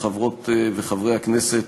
בחודש.